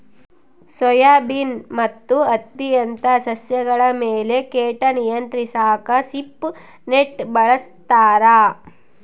soybean ಮತ್ತು ಹತ್ತಿಯಂತ ಸಸ್ಯಗಳ ಮೇಲೆ ಕೀಟ ನಿಯಂತ್ರಿಸಾಕ ಸ್ವೀಪ್ ನೆಟ್ ಬಳಸ್ತಾರ